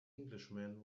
englishman